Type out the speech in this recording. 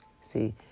See